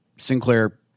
Sinclair